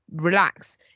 relax